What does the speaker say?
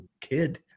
kid